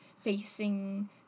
facing